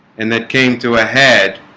and that came to a head